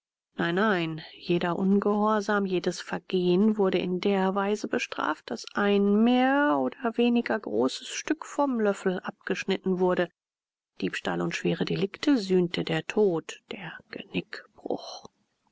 o nein jeder ungehorsam jedes vergehen wurde in der weise bestraft daß ein mehr oder weniger großes stück vom löffel abgeschnitten wurde diebstahl und schwere delikte sühnte der tod der genickbruch